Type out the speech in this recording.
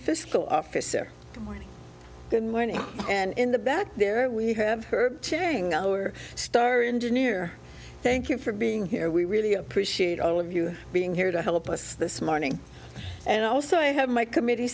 fiscal officer good morning and in the back there we have her chang our star engineer thank you for being here we really appreciate all of you being here to help us this morning and also i have my committee